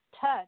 touch